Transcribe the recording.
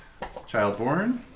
childborn